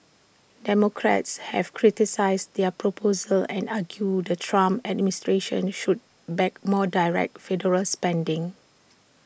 democrats have criticised their proposal and argued the Trump administration should back more direct federal spending